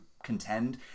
Contend